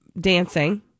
dancing